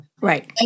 Right